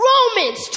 Romans